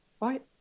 Right